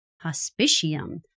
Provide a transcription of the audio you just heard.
Hospitium